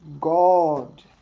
God